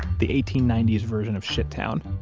the eighteen ninety s version of shittown